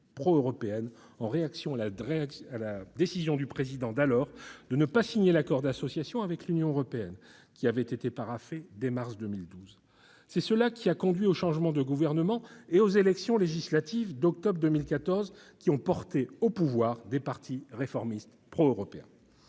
pro-européenne, en réaction à la décision du président d'alors de ne pas signer l'accord d'association avec l'Union européenne, document paraphé dès mars 2012. C'est ce qui a conduit au changement de gouvernement et aux élections législatives d'octobre 2014, lesquelles ont porté au pouvoir des partis réformistes pro-européens.